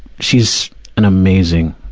she's an amazing,